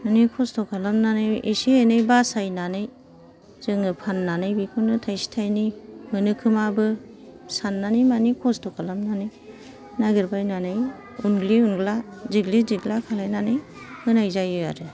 माने खस्थ' खालामनानै एसे एनै बासायनानै जोङो फान्नानै बेखौनो थायसे थायनै मोनो खोमाबो साननानै माने खस्थ' खालामनानै नागिर बायनानै उनग्लि उनग्ला देग्लि देग्ला खालायनानै होनाय जायो आरो